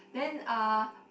then ah